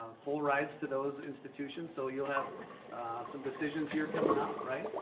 full rides to those institutions. so you'll have some decisions here coming up, right?